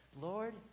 Lord